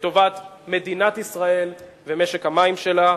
לטובת מדינת ישראל ומשק המים שלה.